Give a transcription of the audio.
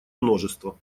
множество